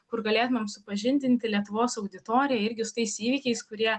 kur galėtumėm supažindinti lietuvos auditoriją irgi su tais įvykiais kurie